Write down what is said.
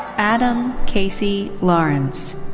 adam casey lawrence.